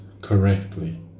correctly